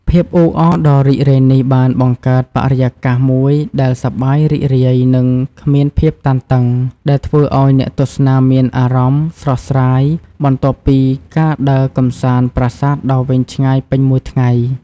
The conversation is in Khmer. ភាពអ៊ូអរដ៏រីករាយនេះ បានបង្កើតបរិយាកាសមួយដែល សប្បាយរីករាយ និង គ្មានភាពតានតឹង ដែលធ្វើឲ្យអ្នកទស្សនាមានអារម្មណ៍ ស្រស់ស្រាយ បន្ទាប់ពីការដើរកម្សាន្តប្រាសាទដ៏វែងឆ្ងាយពេញមួយថ្ងៃ។